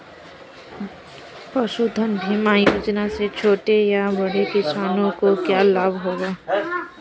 पशुधन बीमा योजना से छोटे या बड़े किसानों को क्या लाभ होगा?